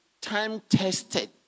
time-tested